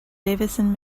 davison